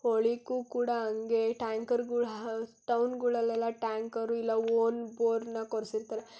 ಒಳಕ್ಕೂ ಕೂಡ ಹಂಗೆ ಟ್ಯಾಂಕರ್ಗಳು ಟೌನ್ಗಳಲ್ಲೆಲ್ಲಾ ಟ್ಯಾಂಕರು ಇಲ್ಲ ಓನ್ ಬೋರನ್ನ ಕೊರ್ಸಿರ್ತಾರೆ